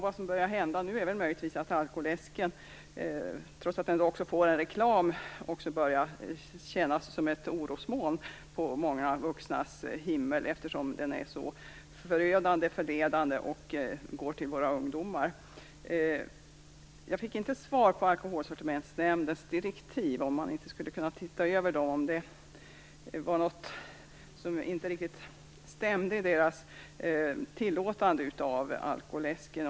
Vad som börjar hända nu är väl möjligtvis att alkoläsken, trots att den också får reklam, börjar kännas som ett orosmoln på många vuxnas himmel eftersom den är så förödande och förledande och går till våra ungdomar. Jag fick inte något svar om Alkoholsortimentsnämndens direktiv och om man inte skulle kunna se över dem om det var något som inte stämde i deras tillåtande av alkoläsken.